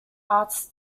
arts